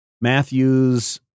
matthews